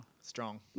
Strong